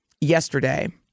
yesterday